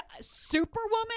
Superwoman